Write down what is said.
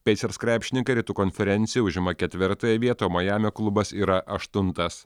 pacers krepšininkai rytų konferencijoj užima ketvirtąją vietą o majamio klubas yra aštuntas